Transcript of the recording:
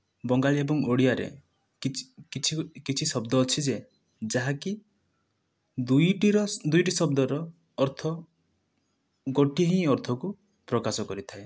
ବଙ୍ଗାଳୀ ଏବଂ ଓଡ଼ିଆରେ କିଛି କିଛି କିଛି ଶବ୍ଦ ଅଛି ଯେ ଯାହାକି ଦୁଇଟି ର ଦୁଇଟି ଶବ୍ଦର ଅର୍ଥ ଗୋଟିଏ ହିଁ ଅର୍ଥକୁ ପ୍ରକାଶ କରିଥାଏ